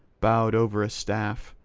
bowed over a staff,